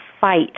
fight